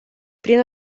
prin